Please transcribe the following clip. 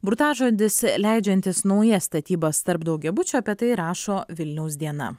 burtažodis leidžiantis naujas statybas tarp daugiabučių apie tai rašo vilniaus diena